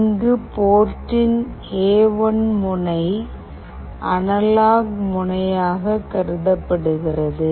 இங்கு போர்டின் எ1 முனை அனலாக் முனையாக கருதப்படுகிறது